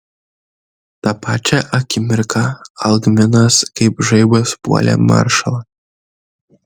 tą pačią akimirką algminas kaip žaibas puolė maršalą